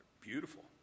beautiful